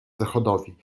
zachodowi